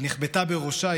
היא נחבטה בראשה,